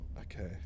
Okay